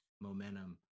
momentum